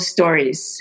Stories